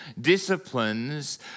disciplines